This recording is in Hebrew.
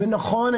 נכון,